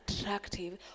attractive